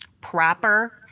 proper